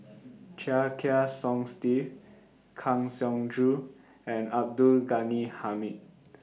Chia Kiah Song Steve Kang Siong Joo and Abdul Ghani Hamid